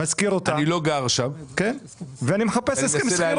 אני לא גר שם --- ואני מחפש הסכם שכירות.